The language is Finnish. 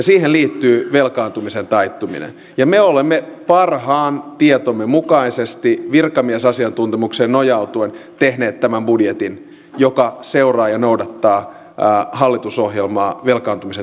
siihen liittyy velkaantumisen taittuminen ja me olemme parhaan tietomme mukaisesti virkamiesasiantuntemukseen nojautuen tehneet tämän budjetin joka seuraa ja noudattaa hallitusohjelmaa velkaantumisen taittamisen kohdalla